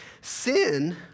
Sin